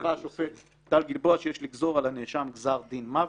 קבע השופט טל גלבוע שיש לגזור על הנאשם גזר דין מוות.